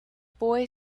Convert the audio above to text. boy